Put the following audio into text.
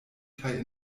kaj